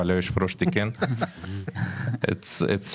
אבל היושב-ראש תיקן.